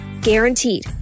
Guaranteed